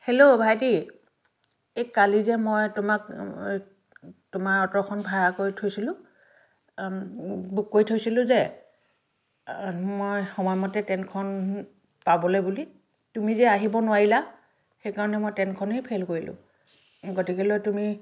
hello ভাইটি এই কালি যে মই তোমাক তোমাৰ অ'টোখন ভাৰা কৰি থৈছিলোঁ বুক কৰি থৈছিলোঁ যে মই সময়মতে ট্ৰেইনখন পাবলৈ বুলি তুমি যে আহিব নোৱাৰিলা সেই কাৰণে মই ট্ৰেইনখনেই ফেইল কৰিলোঁ গতিকে লৈ তুমি